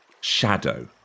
shadow